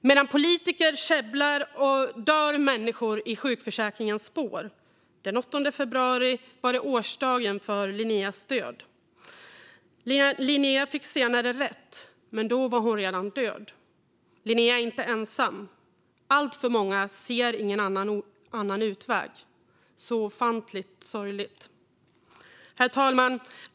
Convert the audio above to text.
Medan politiker käbblar dör människor i sjukförsäkringens spår. Den 8 februari var det årsdagen för Linneas död. Linnea fick senare rätt, men då var hon redan död. Linnea är inte ensam. Alltför många ser ingen annan utväg. Det är ofantligt sorgligt. Herr talman!